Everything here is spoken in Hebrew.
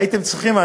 והייתם צריכים,